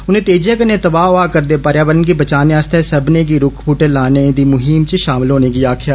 उनें तेजियां कन्नै तबाह होआ करदे पर्यावरण गी बचाने आस्तै सब्बनें गी रुक्ख बूहटें लाने दी मुहीम च षामल होने गी आक्खेआ